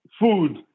food